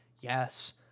Yes